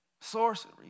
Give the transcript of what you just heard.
Sorcery